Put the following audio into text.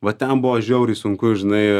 va ten buvo žiauriai sunku žinai